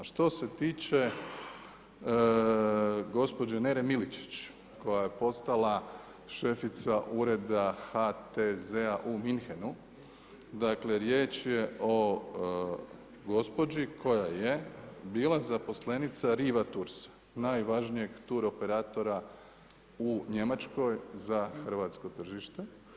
Što se tiče gospođe Nere Miličić koja je postala šefica ureda HTZ-a u Munchenu, dakle riječ je o gospođi koja je bila zaposlenica Riva Toursa, najvažnijeg turoperatora u Njemačkoj za hrvatsko tržište.